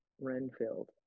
renfield